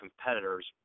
competitors